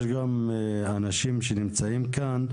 יש גם אנשים שנמצאים כאן,